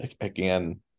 again